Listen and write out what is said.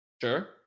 Sure